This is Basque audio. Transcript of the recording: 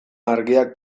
argiak